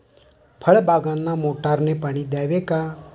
फळबागांना मोटारने पाणी द्यावे का?